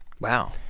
Wow